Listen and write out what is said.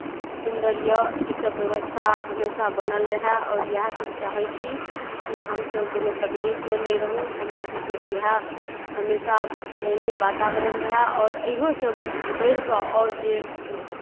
सुन्दर यए ईसभ व्यवस्था हमेशा बनल रहय आओर इएहसभ चाहै छी कि हमसभ कोनो तकलीफमे नहि रहू हमरासभके इएह हमेशा एहने वातावरण रहय आओर इहोसँ बढ़ि कऽ आओर जे